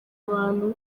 abantu